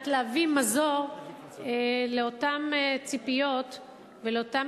כדי להביא מזור לאותן ציפיות ולאותם